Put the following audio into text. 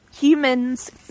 humans